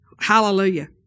Hallelujah